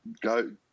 go